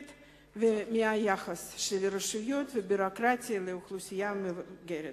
ומהיחס של הרשויות והביורוקרטיה לאוכלוסייה המבוגרת.